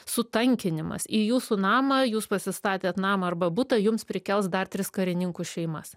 sutankinimas į jūsų namą jūs pasistatėt namą arba butą jums prikels dar tris karininkų šeimas